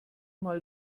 mal